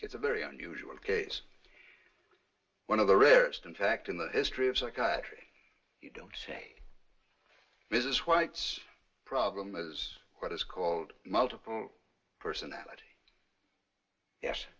it's a very unusual case one of the rarest in fact in the history of psychiatry you don't say this is white's problem was what is called multiple personality yes